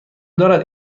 دارد